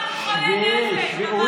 שבי, בבקשה.